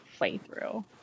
playthrough